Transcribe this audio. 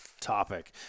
topic